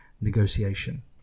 negotiation